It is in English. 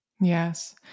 Yes